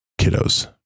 kiddos